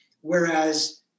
whereas